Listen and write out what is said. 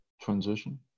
transition